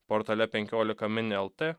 portale penkiolika min lt